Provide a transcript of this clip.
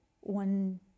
one